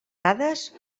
dades